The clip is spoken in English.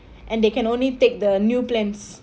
and they can only take the new plans